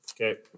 Okay